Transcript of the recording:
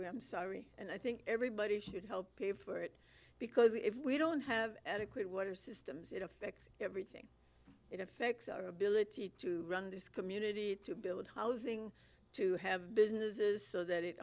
we i'm sorry and i think everybody should help pay for it because if we don't have adequate water systems it affects everything it affects our ability to run this community to build housing to have businesses so that it